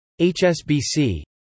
HSBC